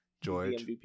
George